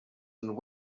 and